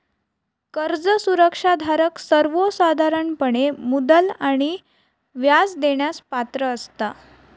कर्ज सुरक्षा धारक सर्वोसाधारणपणे मुद्दल आणि व्याज देण्यास पात्र असता